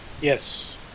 Yes